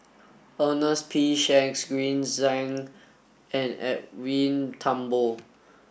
Ernest P Shanks Green Zeng and Edwin Thumboo